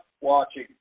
watching